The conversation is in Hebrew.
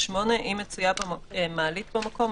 (8) אם מצויה מעלית במקום,